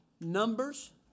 Numbers